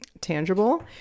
tangible